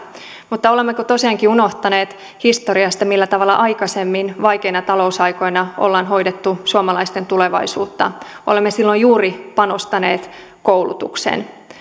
mutta olemmeko tosiaankin unohtaneet historiasta millä tavalla aikaisemmin vaikeina talousaikoina ollaan hoidettu suomalaisten tulevaisuutta olemme silloin juuri panostaneet koulutukseen